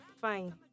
fine